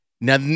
Now